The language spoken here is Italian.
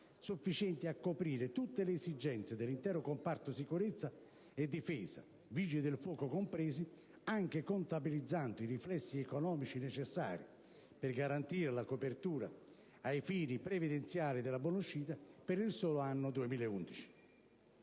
sufficienti a coprire tutte le esigenze dell'intero comparto sicurezza e difesa, Vigili del fuoco compresi, anche contabilizzando i riflessi economici necessari per garantire la copertura ai fini previdenziali della buonuscita, per il solo anno 2011.